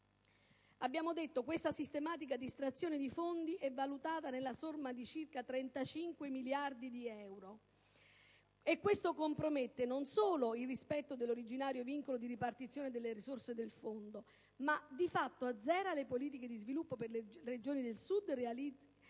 generale. Questa sistematica distrazione di fondi, valutabile nella somma di circa 35 miliardi di euro, compromette non solo il rispetto dell'originario vincolo di ripartizione delle risorse del Fondo, ma di fatto azzera le politiche di sviluppo che le Regioni del Sud realizzano